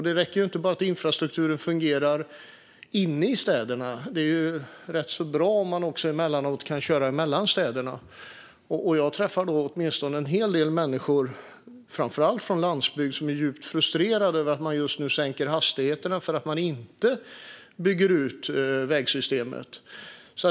Det räcker inte att infrastrukturen bara fungerar inne i städerna; det är rätt bra om man emellanåt också kan köra mellan städerna. Jag träffar en hel del människor, framför allt från landsbygden, som är djupt frustrerade över att man just nu sänker hastigheterna därför att man inte bygger ut vägsystemet.